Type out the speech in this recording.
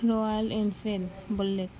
royal Enfield Bullet